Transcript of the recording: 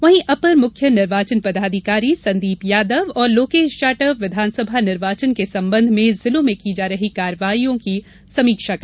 वहीं अपर मुख्य निर्वाचन पदाधिकारी संदीप यादव और लोकेश जाटव विधानसभा निर्वाचन के संबंध में जिलों में की जा रही कार्यवाहियों की समीक्षा की